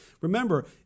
remember